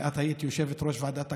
ואת היית יושבת-ראש ועדת הקורונה,